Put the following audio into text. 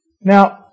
Now